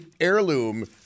heirloom